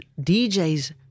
DJs